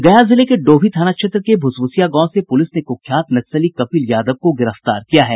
गया जिले के डोभी थाना क्षेत्र के भुसभुसिया गांव से पुलिस ने कुख्यात नक्सली कपिल यादव को गिरफ्तार किया है